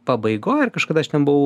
pabaigoj ar kažkada aš ten buvau